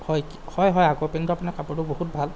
হয় হয় হয় আগৰ পেণ্টটোৰ আপোনাৰ কাপোৰটো বহুত ভাল